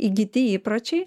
įgyti įpročiai